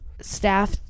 staff